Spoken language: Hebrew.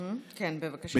כן, בבקשה.